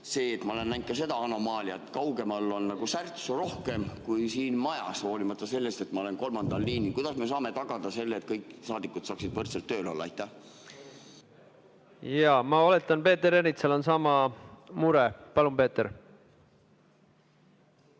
on, ma olen näinud ka seda anomaaliat, et kaugemal on nagu särtsu rohkem kui siin majas, hoolimata sellest, et ma olen kolmandal liinil? Kuidas me saame tagada selle, et kõik saadikud saaksid võrdselt tööl olla? Jaa, ma oletan, et Peeter Ernitsal on sama mure. Palun, Peeter!